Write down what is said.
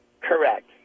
Correct